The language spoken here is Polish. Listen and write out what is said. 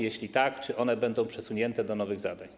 Jeśli tak, czy one będą przesunięte do nowych zadań?